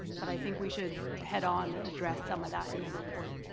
but i think we should head-on address some of that in the report.